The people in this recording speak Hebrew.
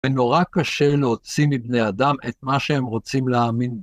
ונורא קשה להוציא מבני אדם את מה שהם רוצים להאמין בו.